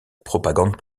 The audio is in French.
propagande